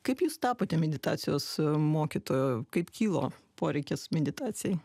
kaip jūs tapote meditacijos mokytoju kaip kilo poreikis meditacijai